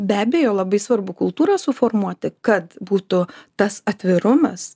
be abejo labai svarbu kultūrą suformuoti kad būtų tas atvirumas